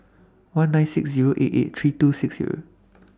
one nine six eight eight three two six